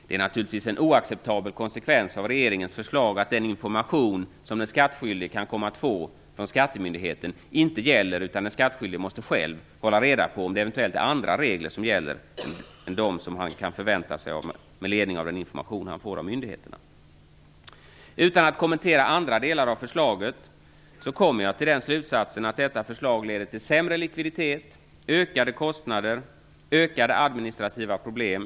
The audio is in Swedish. Det är naturligtvis en oacceptabel konsekvens av regeringens förslag att den information som den skattskyldige får från skattemyndigheten kanske inte gäller. Den skattskyldige måste själv hålla reda på om det eventuellt är andra regler som gäller än dem som han med ledning av den information han fått av myndigheterna förväntat sig. Utan att kommentera andra delar av förslaget kommer jag till slutsatsen att detta förslag leder till sämre likviditet, ökade kostnader och ökade administrativa problem.